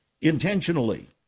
intentionally